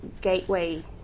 gateway